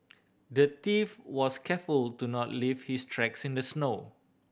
the thief was careful to not leave his tracks in the snow